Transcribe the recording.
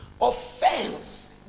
Offense